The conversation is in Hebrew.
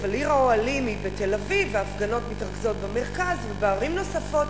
אבל עיר האוהלים היא בתל-אביב וההפגנות מתרכזות במרכז ובערים נוספות,